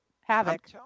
havoc